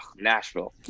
nashville